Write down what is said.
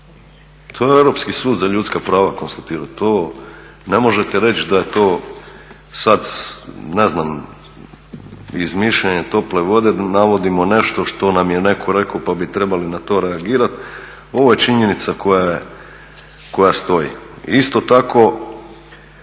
To je Europski sud za ljudska prava konstatirao. To ne možete reći da je to sad ne znam izmišljanje tople vode, navodimo nešto što nam je netko rekao pa bi trebali na to reagirati, ovo je činjenica koja stoji. Isto tako